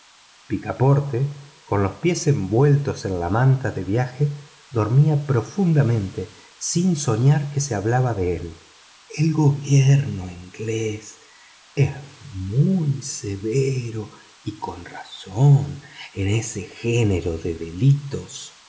picaporte con los pies envueltos en la manta de viaje dormía profundamente sin soñar que se hablaba de él el gobierno inglés es muy severo con razón por ese género de delitos